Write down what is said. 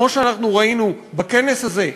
כמו שאנחנו ראינו בכנס הזה,